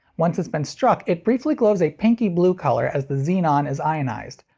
once it's been struck, it briefly glows a pinky-blue color as the xenon is ionized.